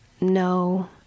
No